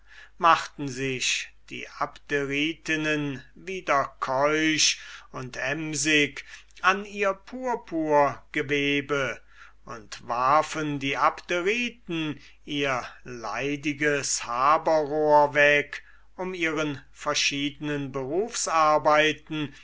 machten sich die abderitinnen wieder keusch und emsig an ihr purpurgewebe und warfen die abderiten ihr leidiges haberrohr weg um ihren verschiednen berufsarbeiten